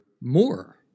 more